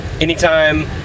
anytime